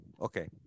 Okay